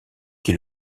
qui